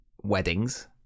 weddings